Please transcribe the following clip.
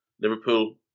Liverpool